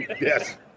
Yes